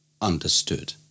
understood